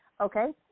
Okay